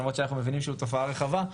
למרות שאנחנו מבינים שזאת תופעה רחבה,